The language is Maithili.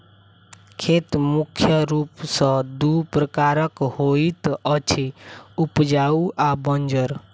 खेत मुख्य रूप सॅ दू प्रकारक होइत अछि, उपजाउ आ बंजर